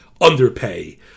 underpay